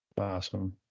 Awesome